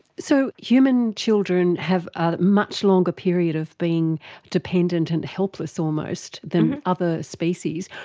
so human children have a much longer period of being dependent and helpless almost than other species.